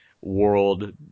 world